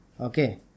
okay